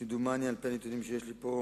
כמדומני, על-פי הנתונים שיש לי פה,